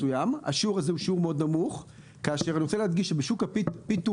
השיעור הזה הוא שיעור מאוד נמוך כשאני רוצה להדגיש שבשוק ה-P2B,